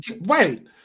right